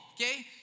okay